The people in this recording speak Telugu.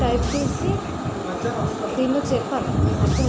ఐస్ క్రీమ్స్ చేసినప్పుడు ఎగ్ ఫ్రూట్ జ్యూస్ వాడుతారు మావోలు